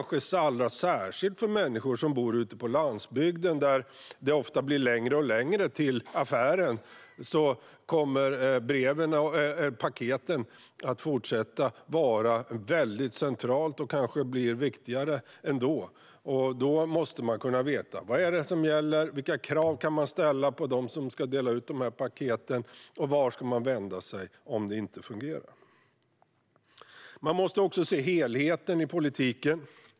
Särskilt för människor som bor på landsbygden där det ofta blir allt längre till affären kommer paketutdelningen att fortsätta att vara central och kanske bli ännu viktigare. Då måste man veta vad som gäller, vilka krav man kan ställa på dem som ska dela ut paketen och vart man ska vända sig om det inte fungerar. Vi måste också se helheten i politiken.